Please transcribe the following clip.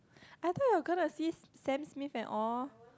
I thought you were gonna see Sam-Smith and all